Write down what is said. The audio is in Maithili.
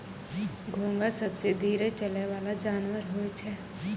घोंघा सबसें धीरे चलै वला जानवर होय छै